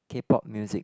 K-Pop music